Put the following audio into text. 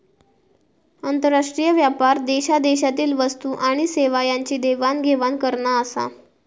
आंतरराष्ट्रीय व्यापार देशादेशातील वस्तू आणि सेवा यांची देवाण घेवाण करना आसा